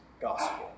gospel